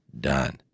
done